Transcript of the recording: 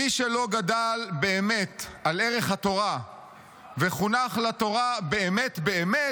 מי שלא גדל באמת על ערך התורה וחונך לתורה באמת באמת,